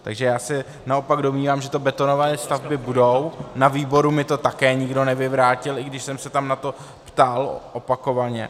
Takže já se naopak domnívám, že to betonové stavby budou, na výboru mi to také nikdo nevyvrátil, i když jsem se tam na to ptal opakovaně.